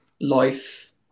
life